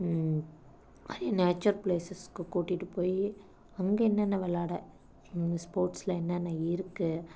nature ப்ளேஸஸுக்கு கூட்டிகிட்டு போய் அங்கே என்னென்ன விளாட ஸ்போர்ட்ஸ்சில் என்னென்ன இருக்குது